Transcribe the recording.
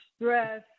stress